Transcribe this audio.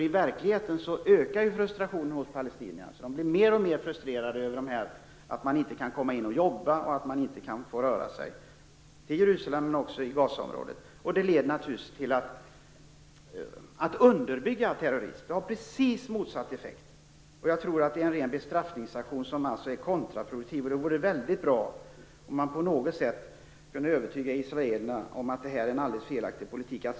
I verkligheten ökar frustrationen hos palestinierna. De blir mer och mer frustrerade över att de inte kan komma in i Jerusalem och Gazaområdet för att jobba och röra sig över huvud taget. Detta leder naturligtvis till att man underbygger terrorism. Det har precis motsatt effekt. Jag tror att avstängningarna är en ren bestraffningsaktion som är kontraproduktiv. Det vore väldigt bra om man på något sätt kunde övertyga israelerna om att detta är en felaktig politik.